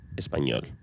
español